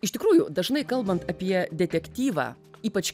iš tikrųjų dažnai kalbant apie detektyvą ypač